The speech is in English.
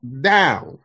down